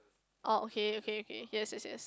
oh okay okay okay yes yes yes